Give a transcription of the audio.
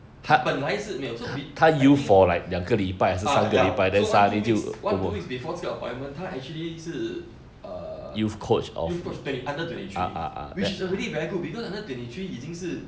他本来是没有去 bi~ I think ah ya so 他 two weeks one two weeks before 这个 appointment 他 actually 是 err youth coach twen~ under twenty three which is already very good because under twenty three 已经是